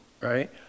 right